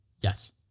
Yes